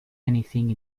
anything